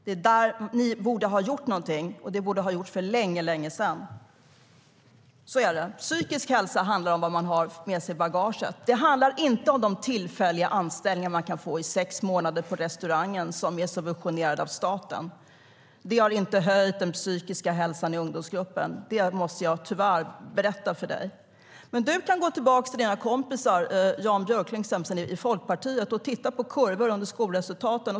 Det är där ni borde ha gjort någonting, och det borde ha gjorts för länge sedan. Så är det. Psykisk hälsa handlar om vad man har med sig i bagaget. Det handlar inte om de tillfälliga anställningar man kan få i sex månader på restaurangen som är subventionerade av staten. Det har inte höjt den psykiska hälsan i ungdomsgruppen. Det måste jag tyvärr berätta för dig. Du kan gå tillbaka till dina kompisar, till exempel Jan Björklund i Folkpartiet, och titta på kurvor för skolresultaten.